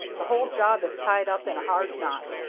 the whole job is tied up in a hard knot.